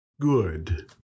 good